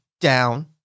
down